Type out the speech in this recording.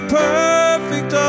perfect